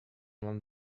mam